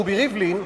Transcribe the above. רובי ריבלין,